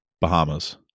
bahamas